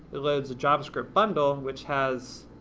it loads a javascript bundle which has